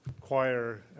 choir